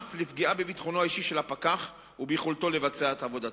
נוסף על פגיעה בביטחונו האישי של הפקח וביכולתו לבצע את עבודתו.